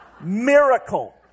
Miracle